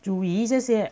煮鱼这些